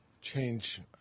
change